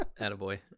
Attaboy